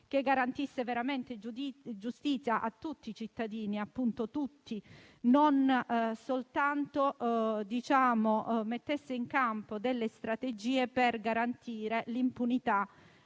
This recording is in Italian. che garantisse veramente giustizia a tutti i cittadini, e non soltanto mettendo in campo delle strategie per garantire l'impunità